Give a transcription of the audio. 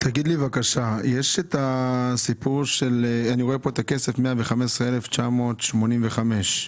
אני רואה כאן 115,985 שקלים.